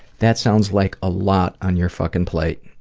that sounds like a lot on your fuckin' plate.